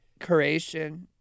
curation